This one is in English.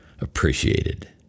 appreciated